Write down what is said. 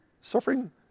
Suffering